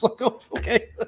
okay